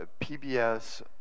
PBS